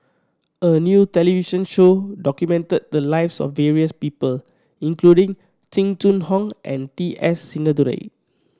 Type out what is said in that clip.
a new television show documented the lives of various people including Jing Jun Hong and T S Sinnathuray